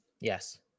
Yes